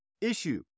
issue